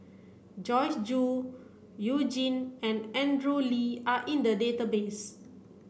Joyce Jue You Jin and Andrew Lee are in the database